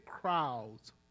crowds